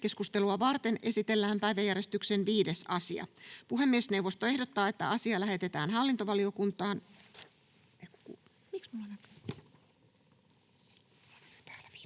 Lähetekeskustelua varten esitellään päiväjärjestyksen 8. asia. Puhemiesneuvosto ehdottaa, että asia lähetetään sosiaali- ja